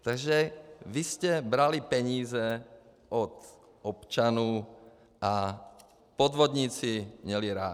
Takže vy jste brali peníze od občanů a podvodníci měli ráj.